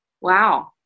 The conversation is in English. Wow